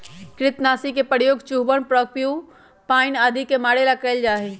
कृन्तकनाशी के प्रयोग चूहवन प्रोक्यूपाइन आदि के मारे ला कइल जा हई